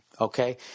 okay